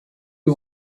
you